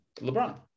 LeBron